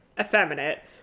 effeminate